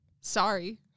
Sorry